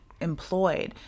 employed